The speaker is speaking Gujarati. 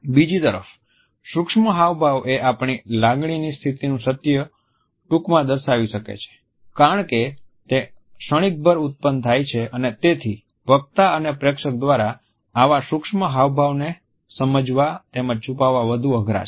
બીજી તરફ સૂક્ષ્મ હાવભાવ એ આપણી લાગણીની સ્થિતિનું સત્ય ટૂંકમાં દર્શાવી શકે છે કારણ કે તે ક્ષણિકભર ઉત્પન્ન થાય છે અને તેથી વક્તા અને પ્રેક્ષક દ્વારા આવા સૂક્ષ્મ હાવભાવ ને સમજવા તેમજ છુપાવવા વધુ અઘરા છે